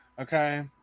okay